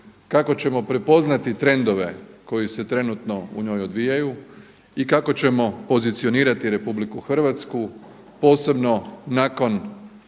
kako ćemo prepoznati trendove koji se trenutno u njoj odvijaju i kako ćemo pozicionirati RH posebno nakon